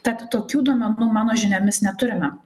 tad tokių duomenų mano žiniomis neturime